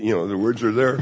you know the words are there